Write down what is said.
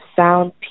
sound